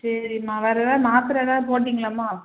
சரிம்மா வேறு எதாவது மாத்திர எதாவது போட்டிங்களாம்மா